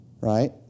Right